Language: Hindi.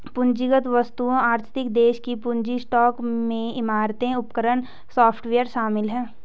पूंजीगत वस्तुओं आर्थिक देश के पूंजी स्टॉक में इमारतें उपकरण सॉफ्टवेयर शामिल हैं